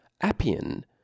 Appian